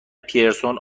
پیرسون